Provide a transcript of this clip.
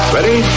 Ready